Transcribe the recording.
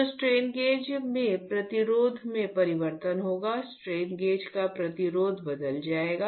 तो strain gauge में प्रतिरोध में परिवर्तन होगा स्ट्रेन गेज का प्रतिरोध बदल जाएगा